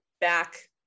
back